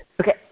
okay